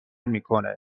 میکنه